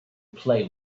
play